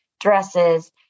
dresses